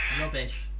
Rubbish